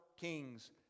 kings